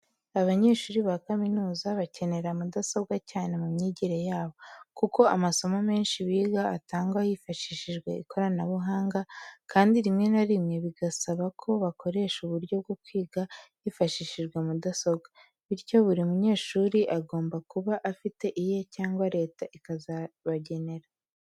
Abanyeshuri ba kaminuza bakenera mudasobwa cyane mu myigire yabo, kuko amasomo menshi biga atangwa hifashishijwe ikoranabuhanga, kandi rimwe na rimwe bigasaba ko bakoresha uburyo bwo kwiga hifashishijwe mudasobwa. Bityo, buri munyeshuri agomba kuba afite iye, cyangwa Leta ikazibagenera.